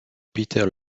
peter